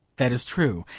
that is true.